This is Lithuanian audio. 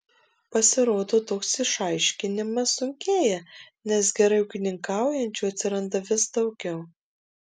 pasirodo toks išaiškinimas sunkėja nes gerai ūkininkaujančių atsiranda vis daugiau